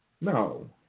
No